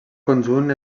conjunt